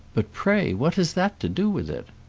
but pray what has that to do with it?